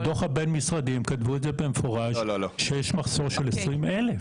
בדוח הבין משרדי הם כתבו את זה במפורש שיש מחסור של 20 אלף,